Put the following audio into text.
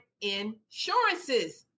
insurances